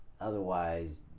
Otherwise